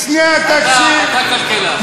אתה כלכלן,